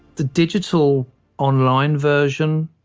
the digital online version,